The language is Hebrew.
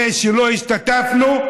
זה שלא השתתפנו,